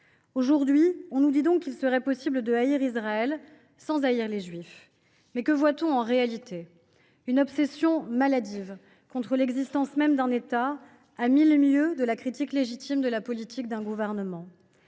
Aujourd’hui, on nous dit qu’il serait possible de haïr Israël sans haïr les juifs. Mais que voit on en réalité ? On constate une obsession maladive contre l’existence même d’un État, à mille lieues de la critique légitime de la politique d’un gouvernement.